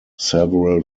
several